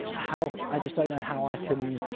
how i just don't know how i can.